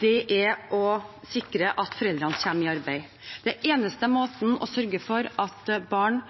er å sikre at foreldrene kommer i arbeid. Den eneste måten å sørge for at barn